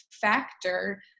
factor